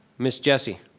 miss jessie?